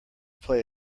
play